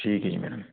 ਠੀਕ ਹੈ ਜੀ ਮੈਡਮ